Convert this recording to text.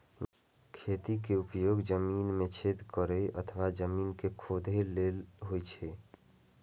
खंती के उपयोग जमीन मे छेद करै अथवा जमीन कें खोधै लेल होइ छै